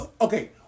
Okay